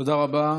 תודה רבה.